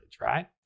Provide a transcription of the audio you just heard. right